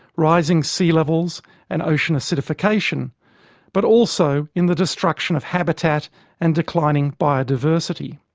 rising sea levels and ocean acidification but also in the destruction of habitat and declining biodiversity.